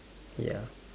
ya